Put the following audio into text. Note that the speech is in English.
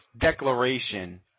declaration